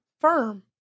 firm